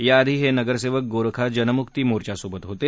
याआधी हे नगरसेवक गोरखा जनमुक्ती मोर्चा सोबत होते